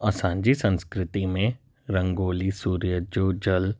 असांजी संस्कृति में रंगोली सूर्य जो जल